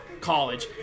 college